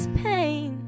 pain